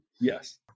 yes